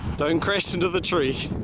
don't crash into the tree.